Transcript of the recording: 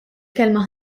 kelma